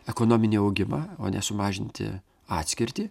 ekonominį augimą o ne sumažinti atskirtį